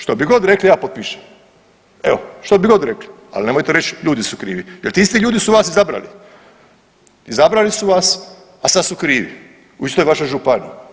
Što bi god rekli ja potpišem, evo što bi god rekli, al nemojte reć ljudi su krivi jer ti isti ljudi su vas izabrali, izabrali su vas, a sad su krivi u istoj vašoj županiji.